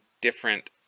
different